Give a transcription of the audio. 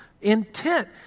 intent